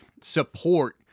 support